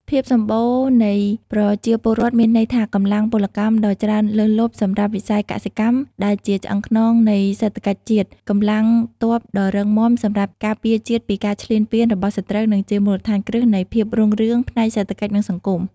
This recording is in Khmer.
ភាពសម្បូរនៃប្រជាពលរដ្ឋមានន័យថាកម្លាំងពលកម្មដ៏ច្រើនលើសលប់សម្រាប់វិស័យកសិកម្ម ដែលជាឆ្អឹងខ្នងនៃសេដ្ឋកិច្ចជាតិ កម្លាំងទ័ពដ៏រឹងមាំសម្រាប់ការពារជាតិពីការឈ្លានពានរបស់សត្រូវ និងជាមូលដ្ឋានគ្រឹះនៃភាពរុងរឿងផ្នែកសេដ្ឋកិច្ច និងសង្គម។